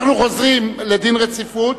אנחנו חוזרים לדין רציפות.